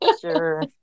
Sure